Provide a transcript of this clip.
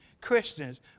Christians